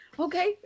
Okay